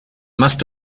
must